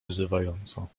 wyzywająco